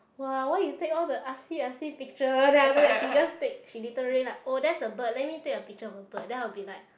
!wah! why you take all the artsy artsy picture one then after that she just take she literally like oh that's a bird let me take a picture of a bird then I'll be like